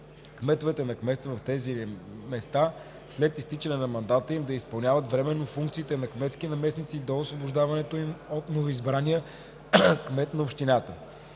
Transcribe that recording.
кметовете на кметства в тези населени места след изтичане на мандата им да изпълняват временно функциите на кметски наместници до освобождаването им от новоизбрания кмет на общината.